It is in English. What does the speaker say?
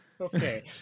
okay